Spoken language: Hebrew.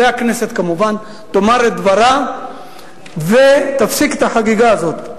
והכנסת כמובן תאמר את דברה ותפסיק את החגיגה הזאת.